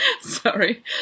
sorry